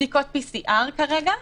מדובר בבדיקות PCR כרגע.